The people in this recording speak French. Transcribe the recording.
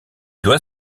doit